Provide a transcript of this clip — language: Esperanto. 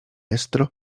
estro